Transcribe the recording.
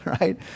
right